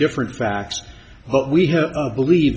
different facts but we have believe